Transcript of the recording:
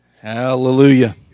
Hallelujah